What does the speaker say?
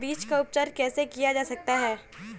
बीज का उपचार कैसे किया जा सकता है?